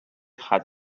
had